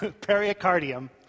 Pericardium